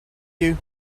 you